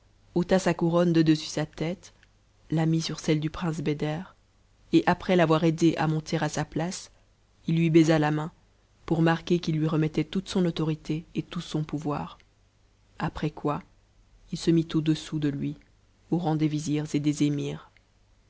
ôta sa couronne de dessus sa tête là mit sur celle du prince beder et après l'avoir aidé à montf ptacc il lui baisa ta main pour marquer qu'il lui t'etmchait toute son tutot'itc et tout son pouvoir après quoi il se mit au-dessous de lui au ra'tf s les emit's aus tôt les vizirs les émirs